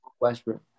Westbrook